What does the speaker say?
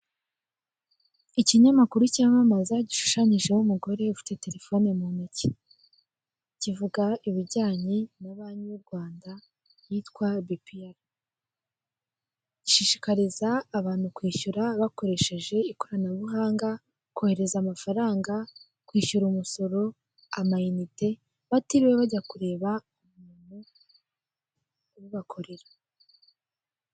Ikinyamakuru cyamamaza gishushanyijeho umugore ufite telefone mu ntoki kivuga ibijyanye na banki y'u Rwanda yitwa bipiyara. Gishishikariza abantu kwishyura bakoresheje ikoranabuhanga kohereza amafaranga kwishyura umusoro, amayinite, batiriwe bajya kureba umuntu ubibakorera.